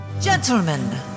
Gentlemen